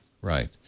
Right